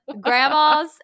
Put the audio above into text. grandmas